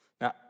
Now